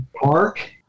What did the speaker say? park